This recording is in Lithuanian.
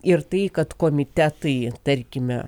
ir tai kad komitetai tarkime